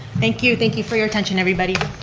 thank you. thank you for your attention, everybody.